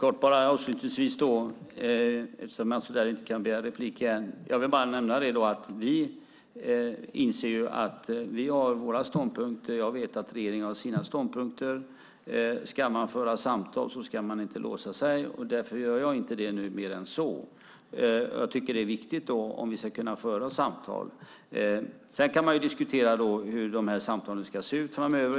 Fru talman! Jag vill avslutningsvis kort nämna, eftersom Mats Odell inte har rätt till någon ytterligare replik, att vi inser att vi har våra ståndpunkter och att regeringen har sina ståndpunkter. Ska man föra samtal ska man inte låsa sig. Därför gör jag inte det nu mer än så. Det är viktigt om vi ska kunna föra samtal. Sedan kan man diskutera hur samtalen ska se ut framöver.